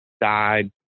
died